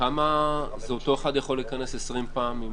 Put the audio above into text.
אותו אחד יכול להיכנס כמה פעמים?